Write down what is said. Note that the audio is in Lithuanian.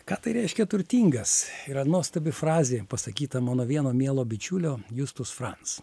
ką tai reiškia turtingas yra nuostabi frazė pasakyta mano vieno mielo bičiulio justus franc